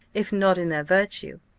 if not in their virtue,